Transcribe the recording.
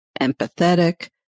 empathetic